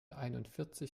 einundvierzig